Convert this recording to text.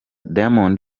diamond